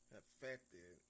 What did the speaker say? affected